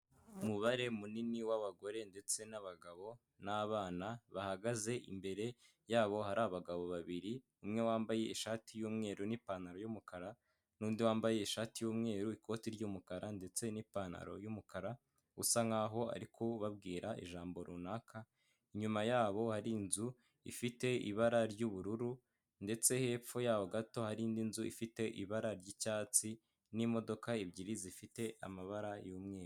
Umubare munini w'abagore ndetse n'abagabo n'abana bahagaze, imbere yabo hari abagabo babiri umwe wambaye ishati y'umweru n'ipantaro y'umukara, nundi wambaye ishati y'umweru, ikoti ry'umukara ndetse n'ipantaro y'umukara usa nkaho aribabwira ijambo runaka, inyuma yabo hari inzu ifite ibara ry'ubururu ndetse hepfo yaho gato hari indi nzu ifite ibara ry'icyatsi n'imodoka ebyiri zifite amabara y'umweru.